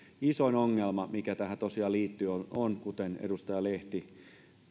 isoin ongelma mikä tähän tosiaan liittyy on kuten edustaja lehti